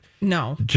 No